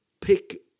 pick